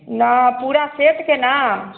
ना पूरा सेटके ने